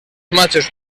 machos